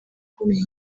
akomeye